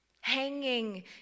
hanging